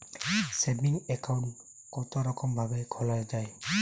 Saving account কতরকম ভাবে খোলা য়ায়?